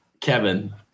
Kevin